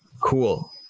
cool